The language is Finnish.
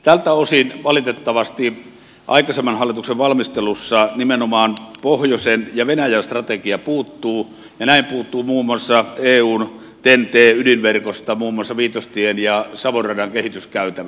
tältä osin valitettavasti aikaisemman hallituksen valmistelussa nimenomaan pohjoisen ja venäjän strategia puuttuu ja näin puuttuu muun muassa eun ten t ydinverkosta vitostien ja savon radan kehityskäytävä